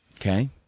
Okay